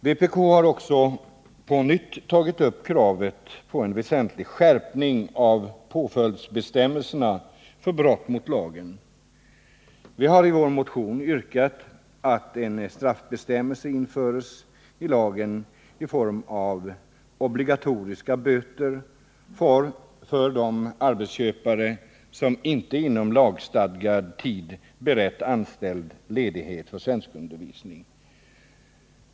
Vpk har också på nytt tagit upp kravet på en väsentlig skärpning av påföljdsbestämmelserna för brott mot lagen. Vi har i vår motion yrkat att en straffbestämmelse skall införas i lagen i form av obligatoriska böter för de arbetsköpare som inte inom lagstadgad tid berett anställd ledighet för svenskundervisning.